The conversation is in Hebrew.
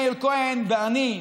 מאיר כהן ואני,